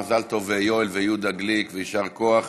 מזל טוב ליואל ויהודה גליק ויישר כוח.